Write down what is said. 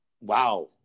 Wow